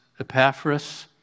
Epaphras